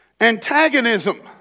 Antagonism